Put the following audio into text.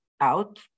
out